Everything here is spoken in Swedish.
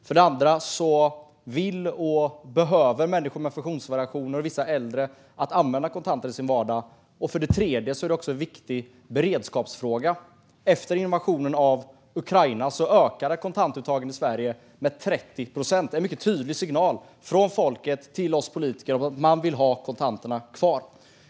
För det andra vill och behöver människor med funktionsvariationer och vissa äldre använda kontanter i sin vardag. För det tredje är det en viktig beredskapsfråga. Efter invasionen av Ukraina ökade kontantuttagen i Sverige med 30 procent. Det är en mycket tydlig signal från folket till oss politiker om att man vill ha kontanterna kvar.